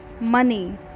money